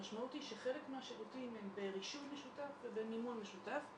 המשמעות היא שחלק מהשירותים הם ברישוי משותף ובמימון משותף,